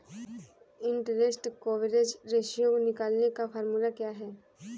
Interest coverage ratio निकालने का formula क्या है?